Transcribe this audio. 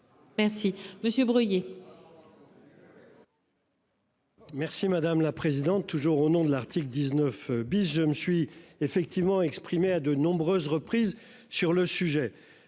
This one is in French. Merci Monsieur Breuiller.